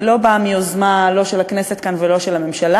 היא לא באה מיוזמה לא של הכנסת כאן ולא של הממשלה.